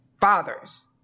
fathers